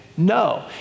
No